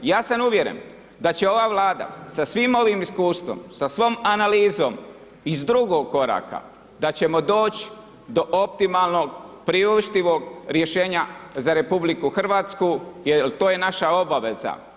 Ja sam uvjeren da će ova Vlada sa svim ovim iskustvom, sa svom analizom iz drugog koraka, da ćemo doći do optimalnog, priuštivog rješenja za RH jer to je naša obaveza.